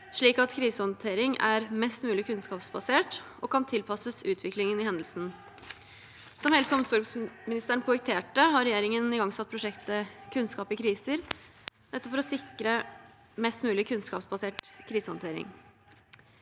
slik at krisehåndtering er mest mulig kunnskapsbasert og kan tilpasses utviklingen i hendelsen. Som helse- og omsorgsministeren poengterte, har regjeringen igangsatt prosjektet Kunnskap i kriser nettopp for å sikre mest mulig kunnskapsbasert krisehåndtering.